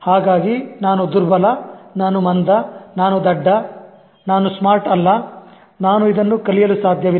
ಹಾಗಾಗಿ ನಾನು ದುರ್ಬಲ ನಾನು ಮಂದ ನಾನು ದಡ್ಡ ನಾನು ಸ್ಮಾರ್ಟ್ ಅಲ್ಲ ನಾನು ಇದನ್ನು ಕಲಿಯಲು ಸಾಧ್ಯವಿಲ್ಲ